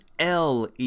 LE